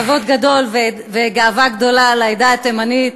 כבוד גדול וגאווה גדולה לעדה התימנית,